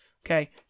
Okay